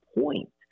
point